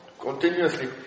continuously